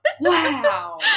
Wow